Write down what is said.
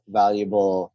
valuable